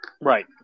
Right